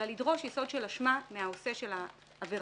אלא לדרוש יסוד של אשמה מהעושה של העבירה,